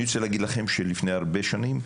אני רוצה להגיד לכם שלפני הרבה שנים,